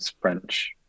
French